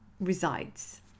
resides